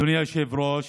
אדוני היושב-ראש,